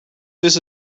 this